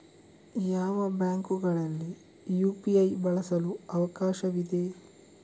ಯಾವ ಬ್ಯಾಂಕುಗಳಲ್ಲಿ ಯು.ಪಿ.ಐ ಬಳಸಲು ಅವಕಾಶವಿದೆ?